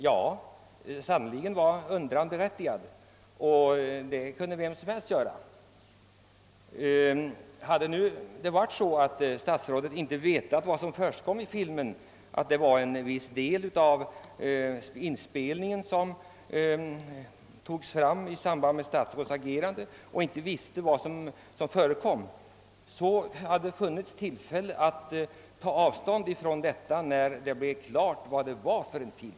Hans undran var sannnerligen berättigad. Om statsrådet inte visste vad som försiggick i filmen och att endast en viss del av inspelningen togs fram i samband med statsrådets agerande, hade han haft tillfälle att ta avstånd från filmen när det blev bekant vad det var för en film.